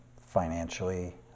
financially